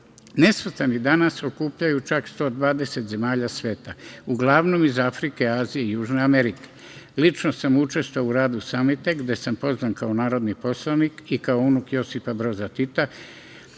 Nesvrstani danas okupljaju čak 120 zemalja sveta, uglavnom iz Afrike, Azije i Južne Amerike. Lično sam učestovao u radu samita gde sam pozvan kao narodni poslanik i kao unuk Josipa Broza Tita